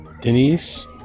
Denise